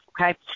okay